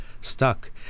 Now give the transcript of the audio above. stuck